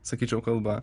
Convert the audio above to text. sakyčiau kalba